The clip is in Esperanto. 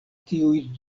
tiuj